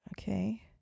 Okay